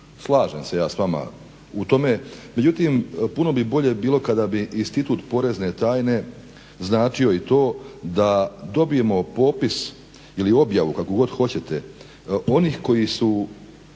Slažem se ja s vama u tome. Međutim, puno bi bolje bilo kada bi institut porezne tajne značio i to da dobimo popis ili objavu kako god hoćete onih koji su